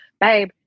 babe